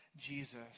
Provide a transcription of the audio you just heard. Jesus